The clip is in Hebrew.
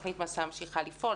תוכנית "מסע" ממשיכה לפעול,